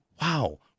wow